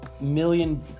million